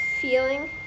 feeling